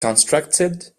constructed